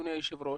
אדוני היושב ראש.